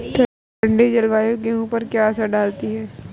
ठंडी जलवायु गेहूँ पर क्या असर डालती है?